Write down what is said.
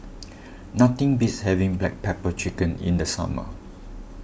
nothing beats having Black Pepper Chicken in the summer